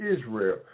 Israel